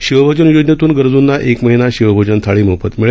शिवभोजन योजनेतून गरजूंना एक महिना शिवभोजन थाळी मोफत मिळेल